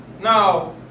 Now